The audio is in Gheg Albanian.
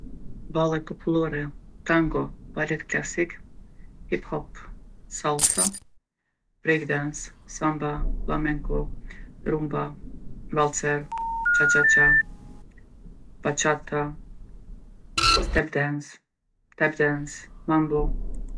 Valle popullore, tango, balet klasik, hiphop, sallsa, brejkdens, samba, fllamengo, rumba, vallcer, qa qa qa, baqata, step dens, tep dens, mambo.